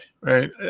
right